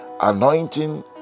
anointing